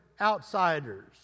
outsiders